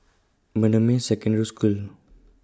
Bendemeer Secondary School